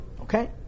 okay